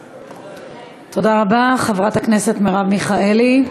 תודה רבה, חברת הכנסת מרב מיכאלי.